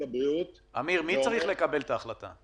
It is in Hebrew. הבריאות -- אבל מי צריך לקבל את ההחלטה,